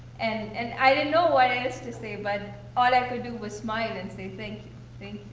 and and i didn't know what else to say. but all i could do was smile and say thank you.